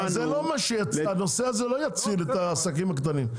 הנושא הזה יעזור לעסקים הקטנים,